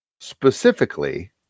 specifically